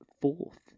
fourth